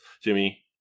Jimmy